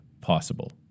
possible